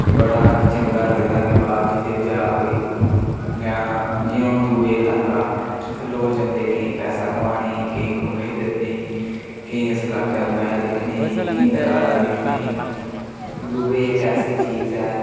बड़ा कि चंगा लगदा कि बाह्र जित्थें बी जा कोई जां जियां हून दुबई लाका इत्थें लोक जंदे केईं पैसा कमाने गी केईं घूमने फिरने गी केईं उस लाके दा मज़ा दिक्खने गी केईं नजारा दिक्खने गी दुबई इक ऐसी चीज़ ऐ